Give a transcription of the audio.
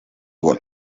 gol